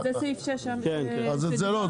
זה סעיף 6. אז את זה לא,